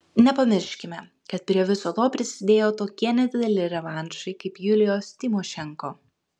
nepamirškime kad prie viso to prisidėjo tokie nedideli revanšai kaip julijos tymošenko